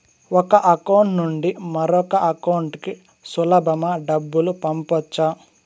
ఒక అకౌంట్ నుండి మరొక అకౌంట్ కు సులభమా డబ్బులు పంపొచ్చా